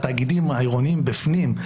התאגידים העירוניים בפנים,